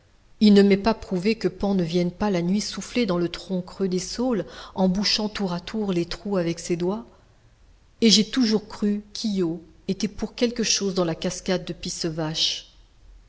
il ne m'est pas prouvé que pan ne vienne pas la nuit souffler dans le tronc creux des saules en bouchant tour à tour les trous avec ses doigts et j'ai toujours cru qu'io était pour quelque chose dans la cascade de